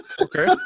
Okay